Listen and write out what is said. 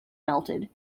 melted